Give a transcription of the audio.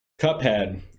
Cuphead